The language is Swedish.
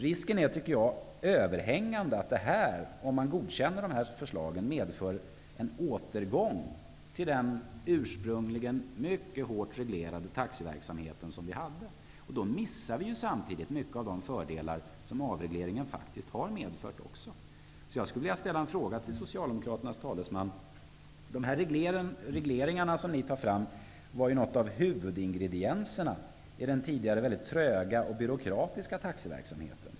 Om man godkänner de här förslagen är risken överhängande att de medför en återgång till den ursprungligen mycket hårt reglerade taxiverksamheten. Då missar vi samtidigt många av de fördelar som avregleringen har medfört. Socialdemokraternas talesman: De regleringar som ni föreslår var ju huvudingredienserna i den tidigare mycket tröga och byråkratiska taxiverksamheten.